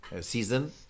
season